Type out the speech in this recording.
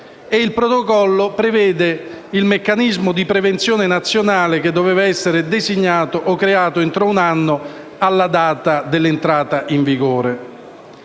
Il Protocollo prevede il meccanismo di prevenzione nazionale, che doveva essere designato o creato entro un anno alla data di entrata in vigore.